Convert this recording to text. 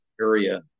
area